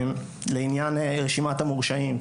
לעניין רשימת המורשעים,